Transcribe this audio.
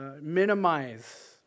minimize